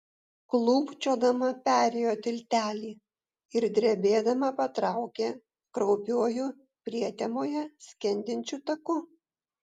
klūpčiodama perėjo tiltelį ir drebėdama patraukė kraupiuoju prietemoje skendinčiu taku